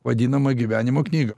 vadinamą gyvenimo knygą